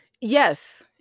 yes